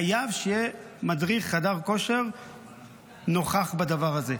חייבים שיהיה מדריך חדר כושר נוכח בדבר הזה.